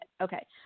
Okay